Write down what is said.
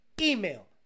Email